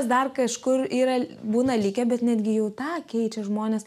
dar kažkur yra būna likę bet netgi jau tą keičia žmones